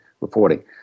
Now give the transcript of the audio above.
reporting